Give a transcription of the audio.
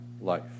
life